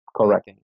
Correct